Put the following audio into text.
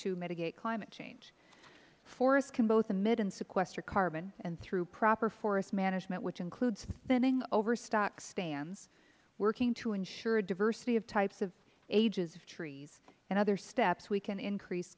to mitigate climate change forests can both emit and sequester carbon and through proper forest management which includes thinning overstocked stands working to ensure diversity of types of ages of trees and other steps we can increase